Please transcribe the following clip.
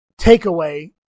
takeaway